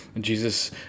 jesus